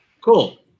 Cool